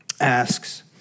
asks